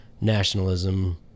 nationalism